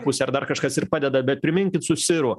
pusė ar dar kažkas ir padeda bet priminkit su siru